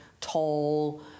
tall